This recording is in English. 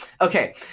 Okay